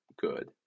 good